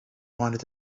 wanted